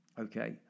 okay